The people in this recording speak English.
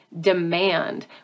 demand